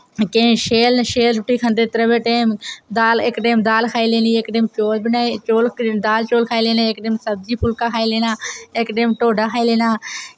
केईं शैल न शैल रुट्टी खंदे त्र'वै टैम दाल इक टैम दाल खाई लैनी इक टाइम चौल बनाई चौल दाल चौल खाई लैने इक टैम सब्जी फुल्का खाई लैना इक टाइम ढोड्डा खाई लैना